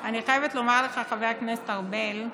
חייבת לומר לך, חבר הכנסת ארבל,